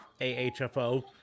AHFO